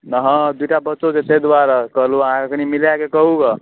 नहि हँ दूटा बच्चो छै तहि दुआरे कहलहुँ अहाँके कनि मिलाके कहू गऽ